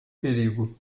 perigo